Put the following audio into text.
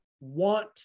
want